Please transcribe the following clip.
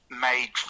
made